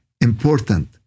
important